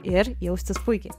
ir jaustis puikiai